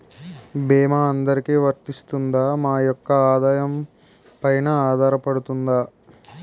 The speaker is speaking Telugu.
భీమా అందరికీ వరిస్తుందా? మా యెక్క ఆదాయం పెన ఆధారపడుతుందా?